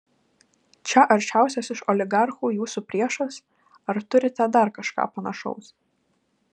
čia aršiausias iš oligarchų jūsų priešas ar turite dar kažką panašaus